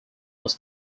was